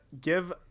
give